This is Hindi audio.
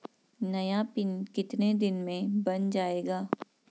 नया पिन कितने दिन में बन जायेगा?